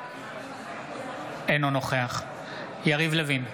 אינו נוכח יריב לוין,